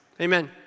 Amen